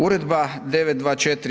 Uredba 924/